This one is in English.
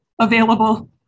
available